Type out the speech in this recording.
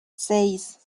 seis